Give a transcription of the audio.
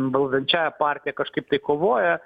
valdančiąja partija kažkaip tai kovoja